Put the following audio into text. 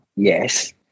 Yes